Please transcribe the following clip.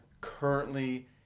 currently